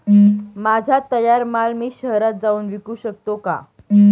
माझा तयार माल मी शहरात जाऊन विकू शकतो का?